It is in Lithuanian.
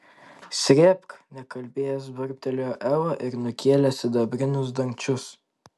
srėbk nekalbėjęs burbtelėjo eva ir nukėlė sidabrinius dangčius